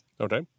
Okay